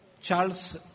Charles